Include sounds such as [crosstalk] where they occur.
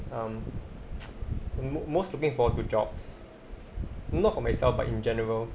um [noise] mo~ most looking forward to jobs not for myself but in general